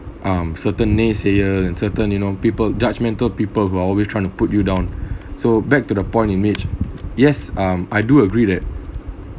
um certain naysayers and certain you know people judgmental people who are always trying to put you down so back to the point you made yes um I do agree that